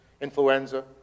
Influenza